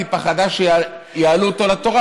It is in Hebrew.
היא פחדה שיעלו אותו לתורה,